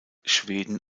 schweden